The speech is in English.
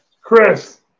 Chris